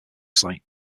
site